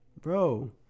Bro